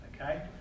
okay